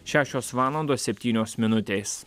šešios valandos septynios minutės